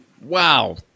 Wow